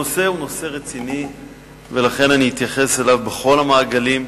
הנושא הוא נושא רציני ולכן אני אתייחס אליו בכל המעגלים: